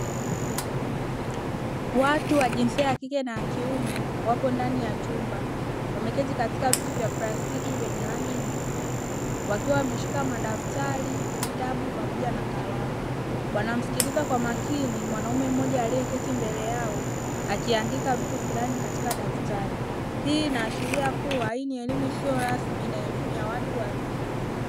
Watu wa jinsia ya kike na kiume wapo ndani ya chumba, wameketi katika viti vya plastiki vyenye rangi nyeupe, wakiwa wameshika madaftari, vitabu pamoja na kalamu; wanamsikiliza kwa makini mwanaume mmoja aliyeketi mbele yao akiandika vitu fulani katika daftari. Hii inaashiria kuwa hii ni elimu isiyo rasmi na elimu ya watu wazima.